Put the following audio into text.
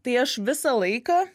tai aš visą laiką